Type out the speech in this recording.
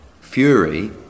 Fury